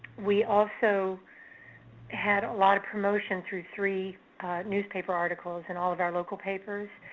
we also had a lot of promotion through three newspaper articles in all of our local papers,